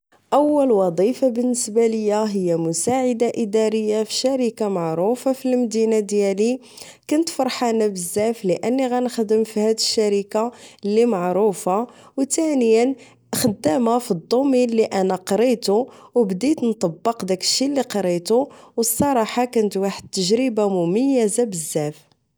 أول وظيفة بالنسبة ليا هي مساعدة إدارية فشركة معروفة فالمدينة ديالي كنت فرحانة بزاف لأني غنخدم فهاد الشريكة لي معروفة أو تانيا خدامة فالضومين لي أنا قريتو أو بديت نطبق داكشي لي قريتو أو الصراحة كانت واحد التجربة مميزة بزاف